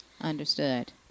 Understood